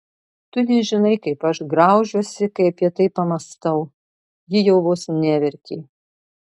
tu nežinai kaip aš graužiuosi kai apie tai pamąstau ji jau vos neverkė